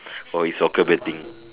for his soccer betting